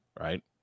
right